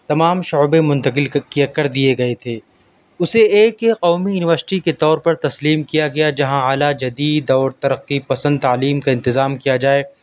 تمام شعبے منتقل کر دیے گئے تھے اسے ایک یہ قومی یونیوسٹی کے طور پر تسلیم کیا گیا جہاں اعلیٰ جدید اور ترقی پسند تعلیم کا انتظام کیا جائے